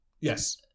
Yes